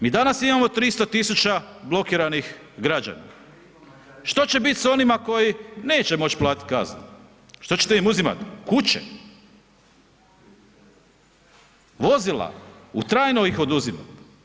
Mi danas imamo 300 tisuća blokiranih građana, što će biti s onima koji neće moći platiti kazne, što ćete im uzimati kuće, vozila, trajno ih oduzimati?